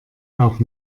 auch